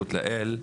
התקרבות לאל,